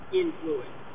influence